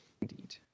Indeed